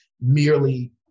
merely